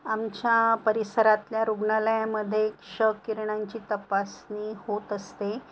आमच्या परिसरातल्या रुग्णालयामध्ये क्षकिरणांची तपासणी होत असते